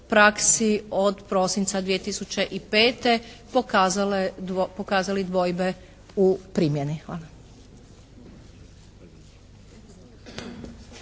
od prosinca 2005. pokazali dvojbe u primjeni. Hvala.